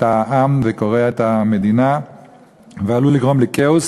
העם וקורע את המדינה ועלול לגרום לכאוס,